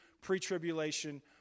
pre-tribulation